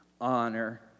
honor